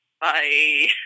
Bye